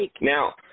Now